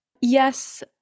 yes